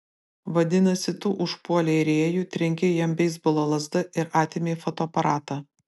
vadinasi tu užpuolei rėjų trenkei jam beisbolo lazda ir atėmei fotoaparatą